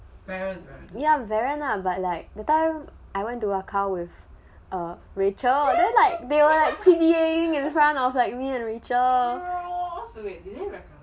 ya varen lah but like the time I went to her car was err rachel then like they want like P_D_A-ing in front of like me and rachel